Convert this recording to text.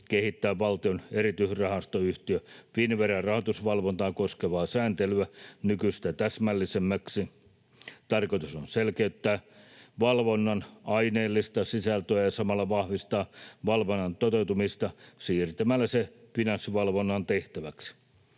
kehittää valtion erityisrahoitusyhtiö Finnveran rahoitusvalvontaa koskevaa sääntelyä nykyistä täsmällisemmäksi. Tarkoitus on selkeyttää valvonnan aineellista sisältöä ja samalla vahvistaa valvonnan toteutumista siirtämällä se Finanssivalvonnan tehtäväksi.